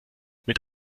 mit